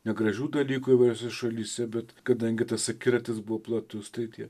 negražių dalykų įvairiose šalyse bet kadangi tas akiratis buvo platus tai tie